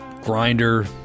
Grinder